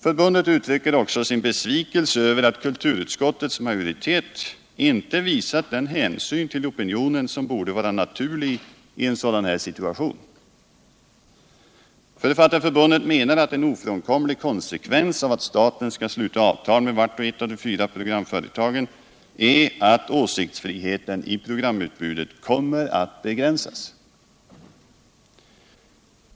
Förbundet uttrycker också sin besvikelse över att kulturutskottets majoritet inte visat den hänsyn till opinionen som borde vara naturlig i en sådan här situation. Författarförbundet menar att en ofrånkomlig konsekvens av att staten skall sluta avtal med vart och ett av de fyra programföretagen är att åsiktsfriheten i programutbudet kommer att begränsas.